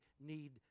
need